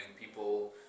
people